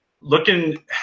looking